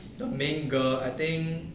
the main girl I think